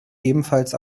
ebenfalls